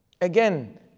Again